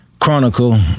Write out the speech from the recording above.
chronicle